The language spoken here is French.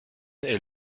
est